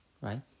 right